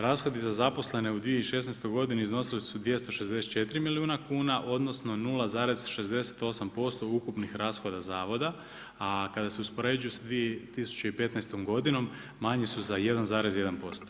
Rashodi za zaposlene u 2016. godini iznosili su 264 milijuna kuna, odnosno 0,68% ukupnih rashoda zavoda, a kada se uspoređuju sa 2015. godinom manji su za 1,1%